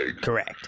correct